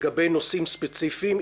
לגבי נושאים ספציפיים.